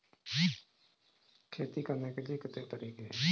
खेती करने के कितने तरीके हैं?